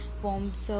forms